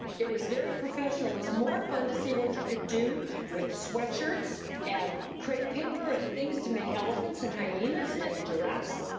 it was very professional was more fun to see what you could do with sweatshirts and crepe paper and things to make elephants and hyenas and giraffes.